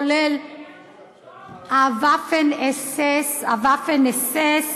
הוואפן אס.אס.